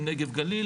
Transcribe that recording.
עם נגב גליל,